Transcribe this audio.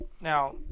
Now